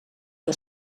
que